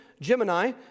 Gemini